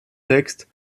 textes